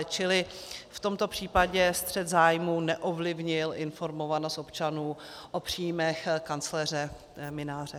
Čili v tomto případě střet zájmů neovlivnil informovanost občanů o příjmech kancléře Mynáře.